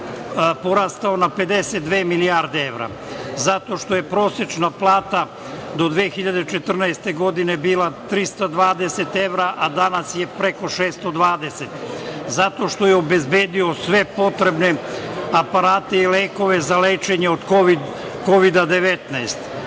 porastao na 52 milijarde evra, zato što je prosečna plata do 2014. godine bila 320 evra, a danas je preko 620, zato što je obezbedio sve potrebne aparate i lekove za lečenje od Kovida-19,